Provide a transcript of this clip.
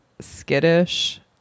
skittish